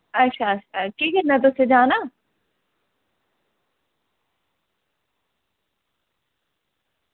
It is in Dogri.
अच्छा अच्छा केह् करना तुसें जाना